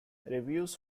reviews